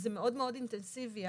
מאוד אינטנסיבי,